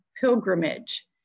pilgrimage